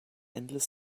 endless